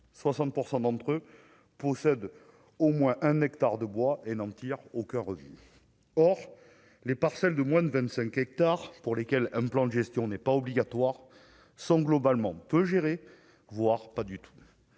60 % d'entre eux possèdent au moins un hectare de bois et n'en tirent aucun revenu, or les parcelles de moins de 25 hectares pour lesquels un plan de gestion n'est pas obligatoire sont globalement peu gérer, voire pas du tout